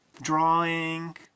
Drawing